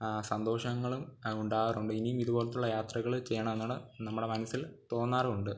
സന്തോഷങ്ങളും ഉണ്ടാകാറുണ്ട് ഇനിയും ഇതു പോലത്തുള്ള യാത്രകൾ ചെയ്യണമെന്നാണ് നമ്മുടെ മനസ്സിൽ തോന്നാറുമുണ്ട്